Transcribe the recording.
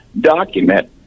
document